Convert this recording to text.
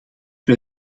wij